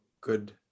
good